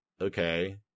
okay